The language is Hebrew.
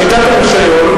שיטת הרשיון,